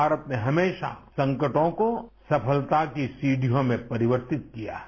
भारत ने हमेशा संकटों को सफलता की सीढियों में परिवर्तित किया है